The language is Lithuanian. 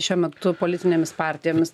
šiuo metu politinėmis partijomis